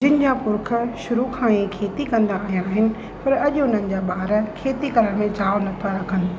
जिनि जा पुर्ख शरूअ खां ई खेती कंदा आया आहिनि पर अॼु उन्हनि जा ॿार खेती करण में चाहु नथा रखनि